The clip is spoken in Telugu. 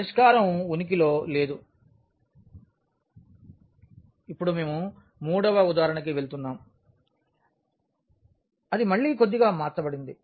వెళ్తాము ఇప్పుడు మేము మూడవ ఉదాహరణకి వెళుతున్నాం అది మళ్ళీ కొద్దిగా మార్చబడింది